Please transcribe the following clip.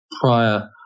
prior